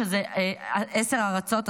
שזה עשר ארצות.